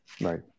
Right